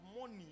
money